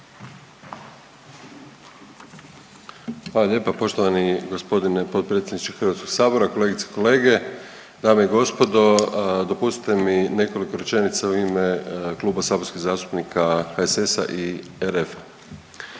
Hvala lijepo. Poštovani g. potpredsjedniče HS-a, kolegice i kolege, dame i gospodo. Dopustite mi nekoliko rečenica u ime kluba saborskih zastupnika HSS-a i RF-a.